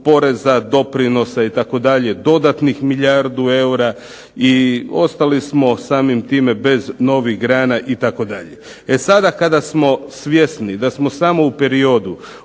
doprinosa itd. dodatnih milijardi eura i ostali smo samim time bez novih grana itd. E sada kada smo svjesni da smo samo u periodu